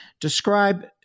Describe